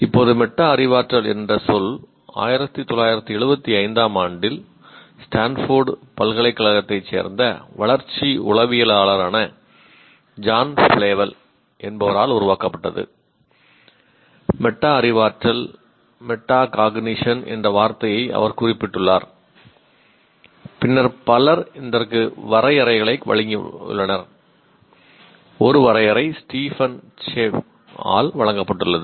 இப்போது மெட்டா அறிவாற்றல் என்ற சொல் 1975 ஆம் ஆண்டில் ஸ்டான்போர்ட் ஆல் வழங்கப்பட்டுள்ளது